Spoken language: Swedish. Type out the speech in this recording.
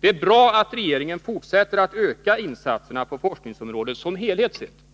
Det är bra att regeringen fortsätter att öka insatserna på forskningsområdet som helhet sett.